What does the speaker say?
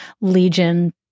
legion